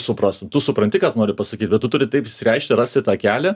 suprastų tu supranti ką tu nori pasakyt bet tu turi taip išsireikšti rasti tą kelią